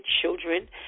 children